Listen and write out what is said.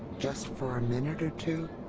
just for a minute or two?